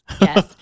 Yes